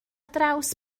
draws